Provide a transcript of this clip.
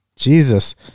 jesus